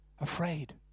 afraid